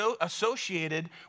associated